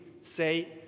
say